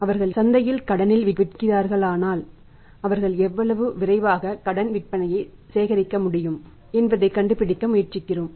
அவர்கள் சந்தையில் கடனில் விற்கிறார்களானால் அவர்கள் எவ்வளவு விரைவாக கடன் விற்பனையை சேகரிக்க முடியும் என்பதைக் கண்டுபிடிக்க முயற்சிக்கிறோம்